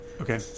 Okay